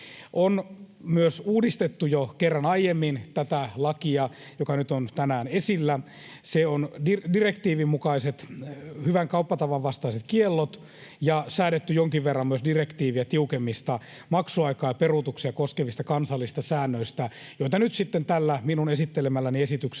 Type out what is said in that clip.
On myös uudistettu jo kerran aiemmin tätä lakia, joka nyt on tänään esillä: on lisätty direktiivin mukaiset hyvän kauppatavan vastaiset kiellot ja säädetty jonkin verran myös direktiiviä tiukemmista maksuaikaa ja peruutuksia koskevista kansallisista säännöistä, joita nyt sitten tällä minun esittelemälläni esityksellä